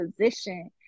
position